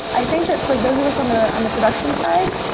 i think that for those of us on the on the production side,